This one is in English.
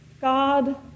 God